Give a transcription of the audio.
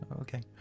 Okay